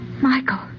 Michael